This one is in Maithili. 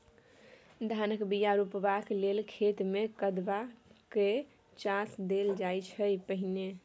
धानक बीया रोपबाक लेल खेत मे कदबा कए चास देल जाइ छै पहिने